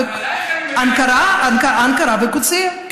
אנקרה וקודסייה.